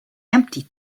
empty